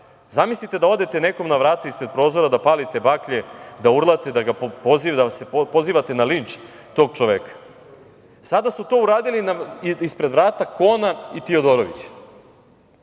Zamislite da odete nekom na vrata, ispod prozora, da palite baklje, da urlate, da pozivate na linč tog čoveka. Sada su to uradili ispred vrata Kona i Tiodorovića. Vi